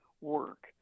work